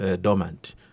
dormant